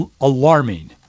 alarming